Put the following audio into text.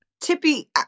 Tippy